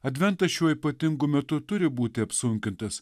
adventas šiuo ypatingu metu turi būti apsunkintas